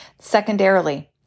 Secondarily